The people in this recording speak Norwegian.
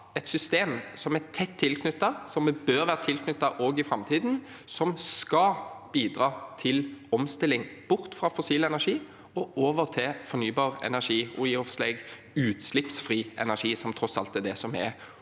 et system som vi er tett tilknyttet og bør være tilknyttet også i framtiden, som skal bidra til omstilling bort fra fossil energi og over til fornybar energi – og i og for seg utslippsfri energi, som tross alt er det som er